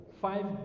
Five